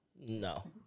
No